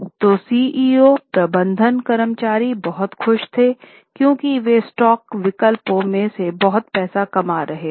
तो सीईओ प्रबंधक कर्मचारी बहुत खुश थे क्योंकि वे स्टॉक विकल्पों में से बहुत पैसा कमा रहे थे